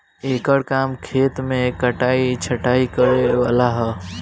एकर काम खेत मे कटाइ छटाइ करे वाला ह